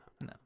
no